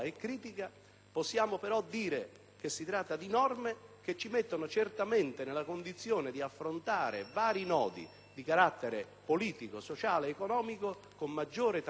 possiamo dire che si tratta di norme che ci mettono certamente nella condizione di affrontare vari nodi di carattere politico, sociale ed economico, con maggiore tranquillità,